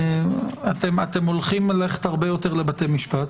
אתם הולכים ללכת הרבה יותר לבתי משפט.